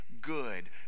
good